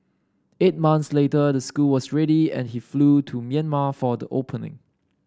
eight months later the school was ready and he flew to Myanmar for the opening